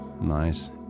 nice